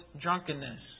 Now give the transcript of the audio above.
drunkenness